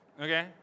Okay